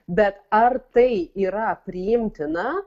bet ar tai yra priimtina